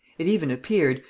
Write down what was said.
it even appeared,